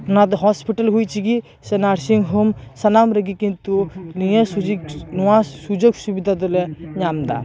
ᱱᱚᱶᱟ ᱫᱚ ᱦᱳᱥᱯᱤᱴᱟᱞ ᱦᱩᱭ ᱚᱪᱚᱭᱟᱱᱜᱤ ᱥᱮ ᱱᱟᱨᱥᱤᱝ ᱦᱳᱢ ᱥᱟᱱᱟᱢ ᱨᱮᱜᱤ ᱠᱤᱱᱛᱩ ᱱᱤᱭᱟᱹ ᱥᱩᱡᱤᱴ ᱱᱚᱣᱟ ᱥᱩᱡᱳᱠ ᱥᱩᱵᱤᱛᱟ ᱫᱚᱞᱮ ᱧᱟᱢᱮᱫᱟ